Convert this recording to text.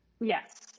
Yes